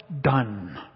done